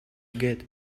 gad